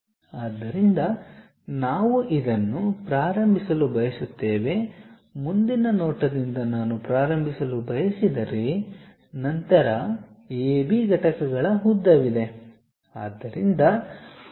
ಆದ್ದರಿಂದ ನಾವು ಇದನ್ನು ಪ್ರಾರಂಭಿಸಲು ಬಯಸುತ್ತೇವೆ ಮುಂದಿನ ನೋಟದಿಂದ ನಾನು ಪ್ರಾರಂಭಿಸಲು ಬಯಸಿದರೆ ನಂತರ AB ಘಟಕಗಳ ಉದ್ದವಿದೆ